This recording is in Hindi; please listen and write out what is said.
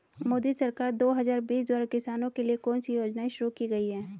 मोदी सरकार दो हज़ार बीस द्वारा किसानों के लिए कौन सी योजनाएं शुरू की गई हैं?